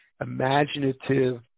imaginative